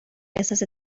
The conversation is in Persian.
احساس